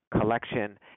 collection